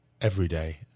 everyday